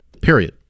period